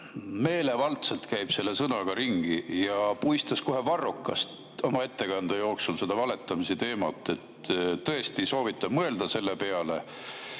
meelevaldselt käib sõnaga ringi ja puistas kohe varrukast oma ettekande jooksul seda valetamise teemat. Tõesti, soovitan mõelda selle peale.